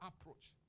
approach